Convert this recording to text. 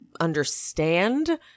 understand